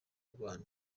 rwanda